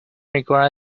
require